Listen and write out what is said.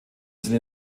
sind